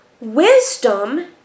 Wisdom